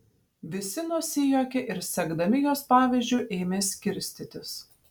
visi nusijuokė ir sekdami jos pavyzdžiu ėmė skirstytis